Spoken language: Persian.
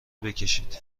بکشید